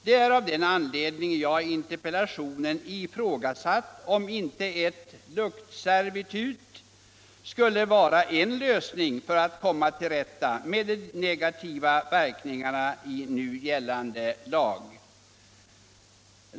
Det är av den anledningen jag i interpellationen ifrågasatt om inte ett ”luktservitut” skulle vara en lösning för att kunna komma till rätta med de negativa verkningarna av nu gällande lag.